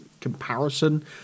comparison